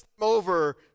over